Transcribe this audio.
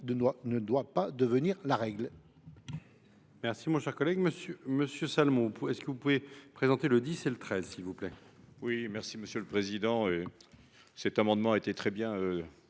ne doit pas devenir la règle.